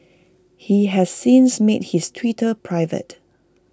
he has since made his Twitter private